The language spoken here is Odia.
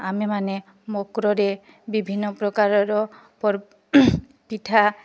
ଆମେ ମାନେ ମକରରେ ବିଭିନ୍ନ ପ୍ରକାରର ପିଠା